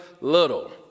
little